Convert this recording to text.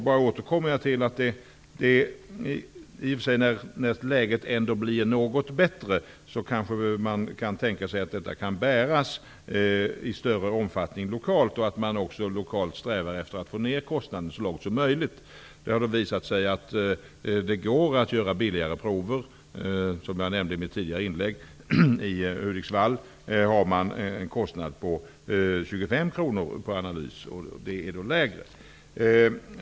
Jag återkommer till att man när läget blir något bättre kan tänka sig att kostnaderna i större omfattning kan bäras lokalt. Man kan också lokalt sträva efter att så långt som möjligt få ner kostnaden. Det har visat sig att det går att göra prover billigare, som jag nämnde i mitt tidigare inlägg. I Hudiksvall har man en kostnad på 25 kr för en analys.